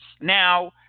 Now